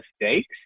mistakes